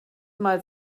mal